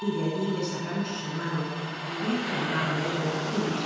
y de allí le sacaron sus hermanos cu bierto de barro negro y nau